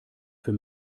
für